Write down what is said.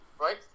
Right